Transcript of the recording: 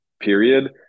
period